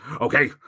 Okay